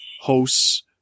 hosts